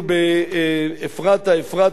בגוש-עציון,